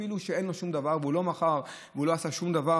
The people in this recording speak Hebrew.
אפילו שאין לו שום דבר והוא לא מכר ולא עשה שום דבר,